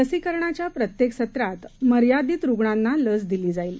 लसिकरणाच्याप्रत्येकसत्रातमर्यादितरूग्णांनालसदिलीजाईल